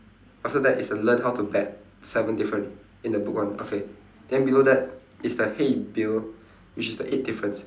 after that is the learn how to bet seventh difference in the book one okay then below that is the hey bill which is the eight difference